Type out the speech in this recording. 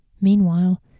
Meanwhile